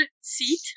Seat